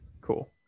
Cool